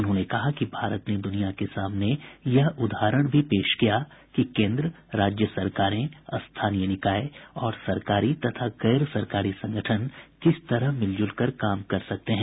उन्होंने कहा कि भारत ने दुनिया के सामने यह उदाहरण भी पेश किया है कि केंद्र राज्य सरकारें स्थानीय निकाय और सरकारी तथा गैर सरकारी संगठन किस तरह मिलजुल कर काम कर सकते हैं